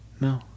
No